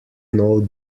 know